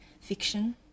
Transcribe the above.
fiction